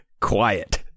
quiet